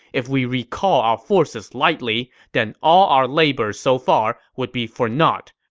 if we recall our forces lightly, then all our labor so far would be for naught.